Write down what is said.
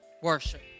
worship